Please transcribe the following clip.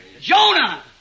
Jonah